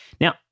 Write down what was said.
Now